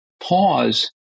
Pause